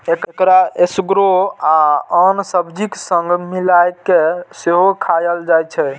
एकरा एसगरो आ आन सब्जीक संग मिलाय कें सेहो खाएल जाइ छै